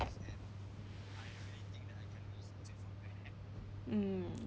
mm